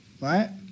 right